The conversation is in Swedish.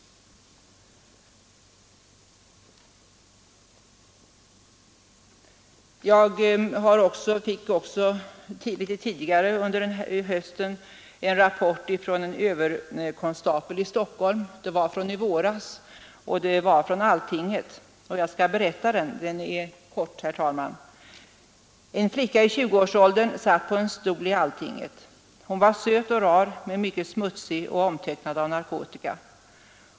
Jag har tidigare under hösten också fått en rapport från en överkonstapel i Stockholm — den var från i våras och från Alltinget. Jag skall återge den; den är kort, herr talman! En flicka i tjugoårsåldern satt på en stol i Alltinget. Hon var söt och rar men mycket smutsig och omtöcknad av narkotika.